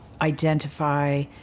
identify